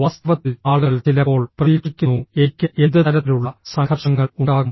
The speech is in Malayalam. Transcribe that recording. വാസ്തവത്തിൽ ആളുകൾ ചിലപ്പോൾ പ്രതീക്ഷിക്കുന്നു എനിക്ക് എന്ത് തരത്തിലുള്ള സംഘർഷങ്ങൾ ഉണ്ടാകും